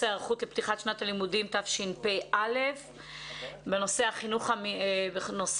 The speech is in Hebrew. היערכות לפתיחת שנת הלימודים תשפ"א בחינוך החרדי.